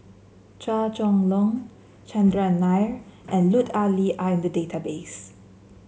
Chua Chong Long Chandran Nair and Lut Ali are in the database